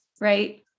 right